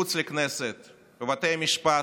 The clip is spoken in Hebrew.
מחוץ לכנסת, בבתי משפט.